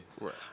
Right